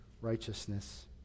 righteousness